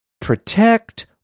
protect